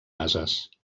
ases